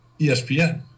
ESPN